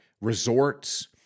resorts